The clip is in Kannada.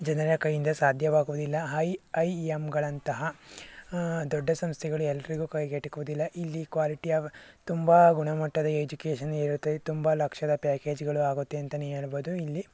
ಜನರ ಕೈಯ್ಯಿಂದ ಸಾಧ್ಯವಾಗೋದಿಲ್ಲ ಐ ಐ ಎಮ್ಗಳಂತಹ ದೊಡ್ಡ ಸಂಸ್ಥೆಗಳು ಎಲ್ಲರಿಗೂ ಕೈಗೆ ಎಟುಕೋದಿಲ್ಲ ಇಲ್ಲಿ ಕ್ವಾಲಿಟಿ ತುಂಬ ಗುಣಮಟ್ಟದ ಎಜುಕೇಶನ್ ಇರುತ್ತದೆ ತುಂಬ ಲಕ್ಷದ ಪ್ಯಾಕೇಜುಗಳು ಆಗುತ್ತೆ ಅಂತಲೇ ಹೇಳ್ಬೋದು ಇಲ್ಲಿ